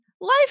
life